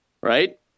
right